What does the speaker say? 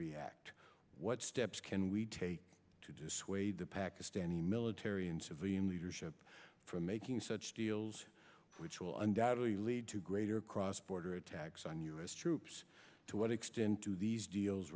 react what steps can we take to dissuade the pakistani military and civilian leadership from making such deals which will undoubtedly lead to greater cross border attacks on u s troops to what extent do these deals